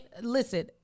Listen